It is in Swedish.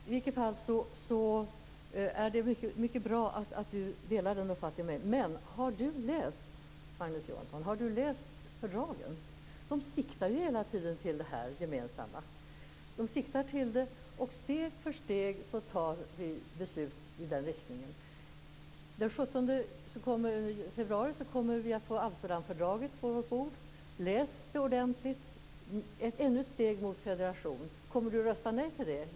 Fru talman! Förlåt mig! Det är mycket bra att Magnus Johansson har samma uppfattning som jag. Men har Magnus Johansson läst fördragen, som hela tiden siktar till det gemensamma? Steg för steg tar vi ju beslut i den riktningen. Den 17 februari får vi Amsterdamfördraget på våra bord. Läs det ordentligt! Det är ännu ett steg mot en federation. Kommer Magnus Johansson att rösta nej till det?